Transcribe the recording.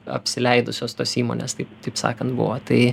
apsileidusios tos įmonės taip taip sakant buvo tai